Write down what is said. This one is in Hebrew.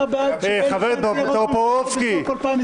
אתה בעד שבני גנץ יהיה ראש הממשלה בסוף 2021?